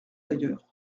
ailleurs